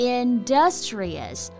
industrious